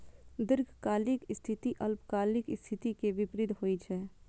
दीर्घकालिक स्थिति अल्पकालिक स्थिति के विपरीत होइ छै